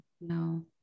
no